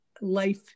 life